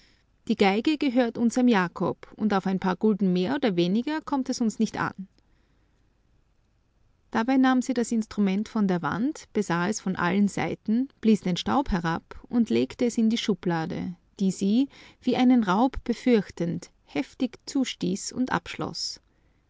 die geige gehört unserem jakob und auf ein paar gulden mehr oder weniger kommt es uns nicht an dabei nahm sie das instrument von der wand besah es von allen seiten blies den staub herab und legte es in die schublade die sie wie einen raub befürchtend heftig zustieß und